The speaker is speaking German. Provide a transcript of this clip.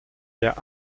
wir